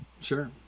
Sure